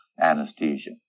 anesthesia